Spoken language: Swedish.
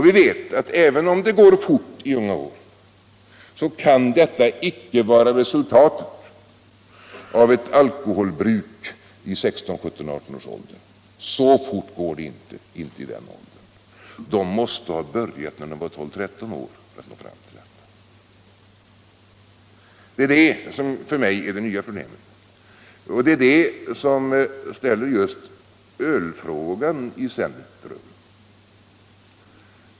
Vi vet att även om det går fort i unga år kan detta icke vara resultatet av ett alkoholbruk i 16-17-18-årsåldern. Så fort går det inte. De måste ha börjat när de var 12-13 år för att nå fram till detta. Det är det som för mig är det nya problemet. Det är det som ställer just ölfrågan i centrum.